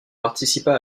participa